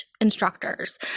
instructors